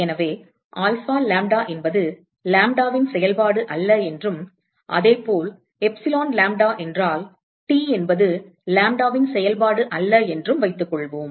எனவே alpha lambda என்பது லாம்ப்டாவின் செயல்பாடு அல்ல என்றும் அதே போல் எப்சிலன் லாம்ப்டா என்றால் T என்பது லாம்ப்டாவின் செயல்பாடு அல்ல என்றும் வைத்துக்கொள்வோம்